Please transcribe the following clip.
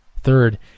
Third